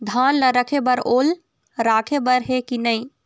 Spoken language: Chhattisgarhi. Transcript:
धान ला रखे बर ओल राखे बर हे कि नई?